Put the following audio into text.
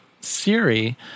Siri